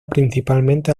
principalmente